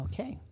Okay